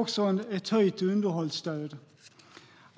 också ett höjt underhållsstöd.